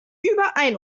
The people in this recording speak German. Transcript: überein